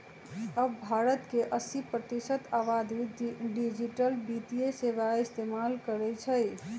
अब भारत के अस्सी प्रतिशत आबादी डिजिटल वित्तीय सेवाएं इस्तेमाल करई छई